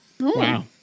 Wow